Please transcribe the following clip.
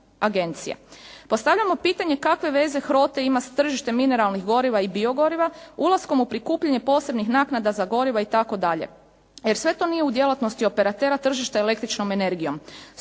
Postavljamo pitanje kakve veze HROTE ima s tržištem mineralnih goriva i biogoriva, ulaskom u prikupljanje posebnih naknada za goriva itd., jer sve to nije u djelatnosti operatera tržišta električnom energijom.